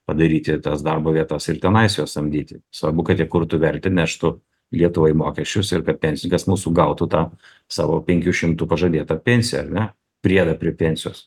padaryti tas darbo vietas ir tenais juos samdyti svarbu kad jie kurtų vertę neštų lietuvai mokesčius ir kad pensininkas mūsų gautų tą savo penkių šimtų pažadėtą pensiją ar ne priedą prie pensijos